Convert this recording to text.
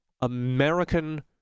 American